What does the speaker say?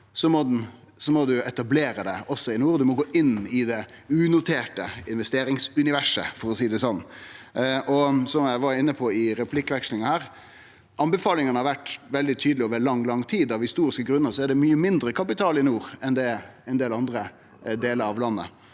så må ein etablere seg også i nord. Ein må gå inn i det unoterte investeringsuniverset, for å seie det sånn. Som eg var inne på i replikkvekslinga, har anbefalingane vore veldig tydelege over lang, lang tid. Av historiske grunnar er det mykje mindre kapital i nord enn det er i ein del andre delar av landet,